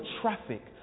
traffic